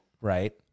Right